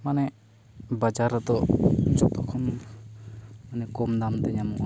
ᱢᱟᱱᱮ ᱵᱟᱡᱟᱨ ᱨᱮᱫᱚ ᱡᱚᱛᱚᱠᱷᱚᱱ ᱢᱟᱱᱮ ᱠᱚᱢ ᱫᱟᱢᱛᱮ ᱧᱟᱢᱚᱜᱼᱟ